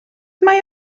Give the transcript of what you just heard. mae